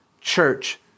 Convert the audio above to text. church